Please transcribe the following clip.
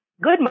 Good